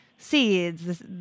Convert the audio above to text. Seeds